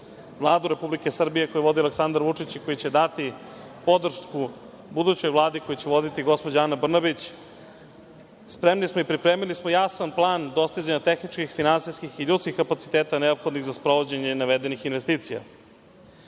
Vladu Republike Srbije koju vodi Aleksandar Vučić i koji će dati podršku budućoj vladi koju će voditi gospođa Ana Brnabić, spremni smo i pripremili smo jasan plan dostizanja tehničkih, finansijskih i ljudskih kapaciteta neophodnih za sprovođenje navedenih investicija. Moram